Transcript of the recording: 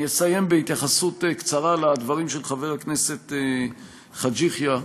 אני אסיים בהתייחסות קצרה לדברים של חבר הכנסת חאג' יחיא.